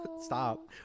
Stop